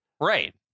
Right